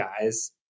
guys